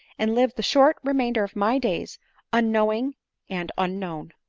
and live the short remainder of my days unknowing and unknown.